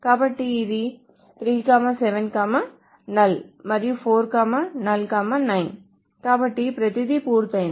కాబట్టి ఇది 3 7 నల్ మరియు 4 నల్ 9 కాబట్టి ప్రతిదీ పూర్తయింది